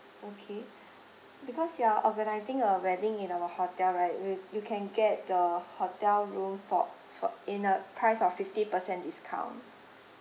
okay because you are organising a wedding in our hotel right we you can get the hotel room for for in a price of fifty percent discount